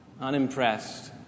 unimpressed